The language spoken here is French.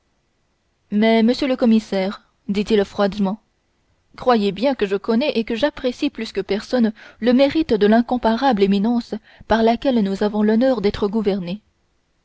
mais monsieur le commissaire dit-il timidement croyez bien que je connais et que j'apprécie plus que personne le mérite de l'incomparable éminence par laquelle nous avons l'honneur d'être gouvernés